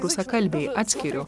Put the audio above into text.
rusakalbiai atskiriu